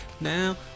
now